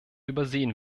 übersehen